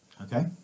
Okay